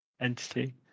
entity